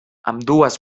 ambdues